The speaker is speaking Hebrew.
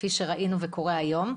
כפי שראינו וקורה היום,